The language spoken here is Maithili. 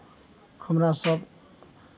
हमरा सभ